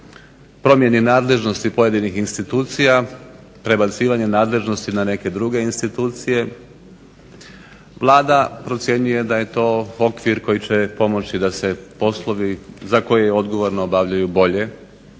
promjeni nadležnosti pojedinih institucija prebacivanje nadležnosti na neke druge institucije. Vlada procjenjuje da je to okvir koji će pomoći da se poslovi za koje je odgovorna obavljaju bolje